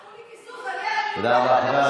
בואו, תנו לי קיזוז, אני, תודה רבה.